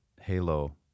halo